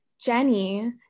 Jenny